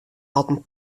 altiten